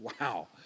Wow